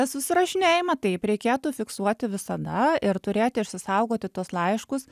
susirašinėjimą taip reikėtų fiksuoti visada ir turėti išsisaugoti tuos laiškus